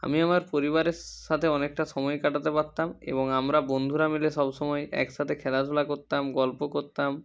আমি আমার পরিবারের সাথে অনেকটা সময় কাটাতে পারতাম এবং আমরা বন্ধুরা মিলে সব সময় একসাতে খেলাধুলা করতাম গল্প করতাম